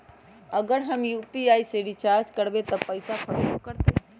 अगर हम यू.पी.आई से रिचार्ज करबै त पैसा फसबो करतई?